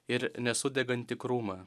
ir nesudegantį krūmą